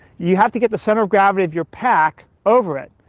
you have the get the center of gravity of your pack over it.